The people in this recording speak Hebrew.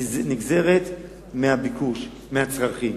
נגזרת מהביקוש, מהצרכים.